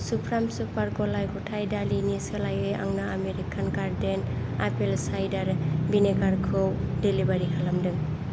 सुफ्राम सुपार गलाय गथाइ दालिनि सोलायै आंनो आमेरिकान गार्डेन आपेल सायदार विनेगारखौ डेलिभारि खालामदों